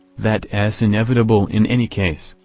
that s inevitable in any case,